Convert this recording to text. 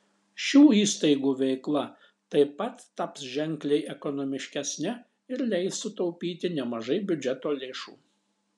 šių įstaigų veikla taip pat taps ženkliai ekonomiškesne ir leis sutaupyti nemažai biudžeto lėšų